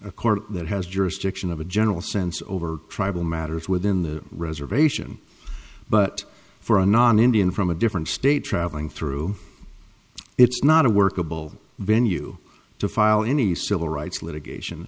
a court that has jurisdiction of a general sense over tribal matters within the reservation but for a non indian from a different state traveling through it's not a workable venue to file any civil rights litigation